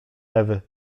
ewy